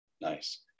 Nice